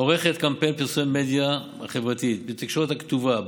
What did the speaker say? עורכת קמפיין פרסום במדיה החברתית ובתקשורת הכתובה,